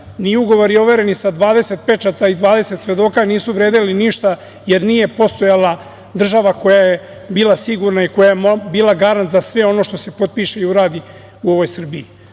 ni ugovori overeni sa 20 pečata i 20 svedoka nisu vredeli ništa, jer nije postojala država koja je bila sigurna i koja je bila garant za sve ono što se potpiše i uradi u ovoj Srbiji. Ova